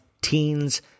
teens